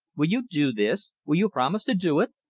will you do this? will you promise to do it?